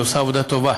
היא עושה עבודה טובה.